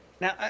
Now